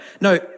No